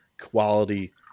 quality